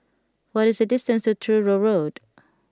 what is the distance to Truro Road